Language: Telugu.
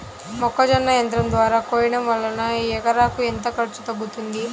మొక్కజొన్న యంత్రం ద్వారా కోయటం వలన ఎకరాకు ఎంత ఖర్చు తగ్గుతుంది?